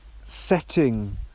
setting